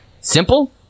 simple